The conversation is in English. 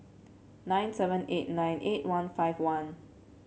nine seven eight nine eight one five one